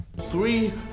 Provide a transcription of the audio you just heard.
Three